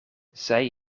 zij